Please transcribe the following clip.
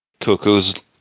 coco's